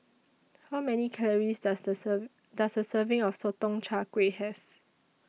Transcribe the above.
How Many Calories Does A serve Does A Serving of Sotong Char Kway Have